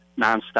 nonstop